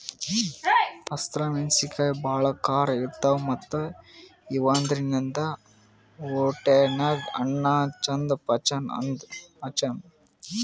ಹಸ್ರ್ ಮೆಣಸಿನಕಾಯಿ ಭಾಳ್ ಖಾರ ಇರ್ತವ್ ಮತ್ತ್ ಇವಾದ್ರಿನ್ದ ಹೊಟ್ಯಾಗ್ ಅನ್ನಾ ಚಂದ್ ಪಚನ್ ಆತದ್